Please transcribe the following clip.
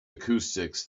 acoustics